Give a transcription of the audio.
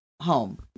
home